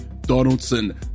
Donaldson